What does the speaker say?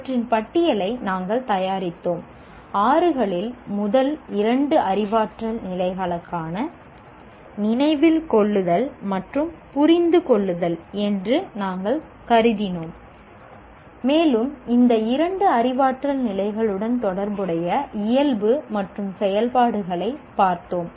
அவற்றின் பட்டியலை நாங்கள் தயாரித்தோம் ஆறுகளில் முதல் இரண்டு அறிவாற்றல் நிலைகளான 'நினைவில் கொள்ளுதல்' மற்றும் 'புரிந்து கொள்ளுதல்' என்று நாங்கள் கருதினோம் மேலும் இந்த இரண்டு அறிவாற்றல் நிலைகளுடன் தொடர்புடைய இயல்பு மற்றும் செயல்பாடுகளைப் பார்த்தோம்